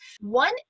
one